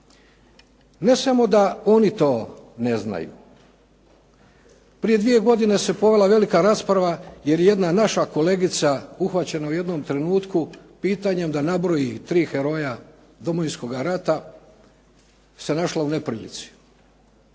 Ne samo da oni to ne znaju. Prije dvije godine se povela velika rasprava, jer je jedna naša kolegica uhvaćena u jednom trenutku pitanjem da nabroji tri heroja Domovinskoga rata, se našla u neprilici.